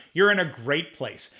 you're in a great place.